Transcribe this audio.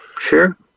Sure